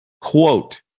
Quote